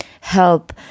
help